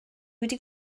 wedi